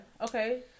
okay